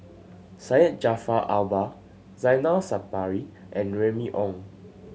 Syed Jaafar Albar Zainal Sapari and Remy Ong